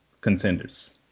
contenders